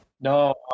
No